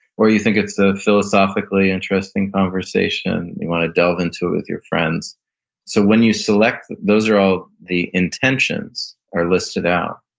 or you think it's a philosophically interesting conversation. you want to delve into it with your friends so when you select, those are all the intentions are listed out,